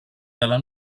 dalla